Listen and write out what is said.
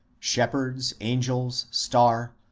shepherds, angels, star,